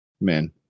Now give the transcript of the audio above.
Man